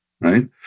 Right